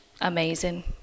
amazing